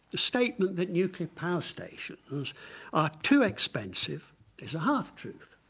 the statement that nuclear power stations are too expensive is a half-truth.